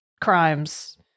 crimes